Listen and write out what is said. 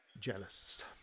jealous